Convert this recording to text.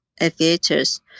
aviators